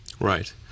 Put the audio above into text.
Right